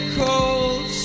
cold